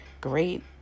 great